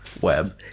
web